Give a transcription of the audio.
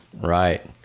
Right